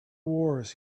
wars